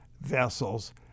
vessels